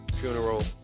funeral